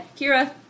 Kira